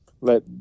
Let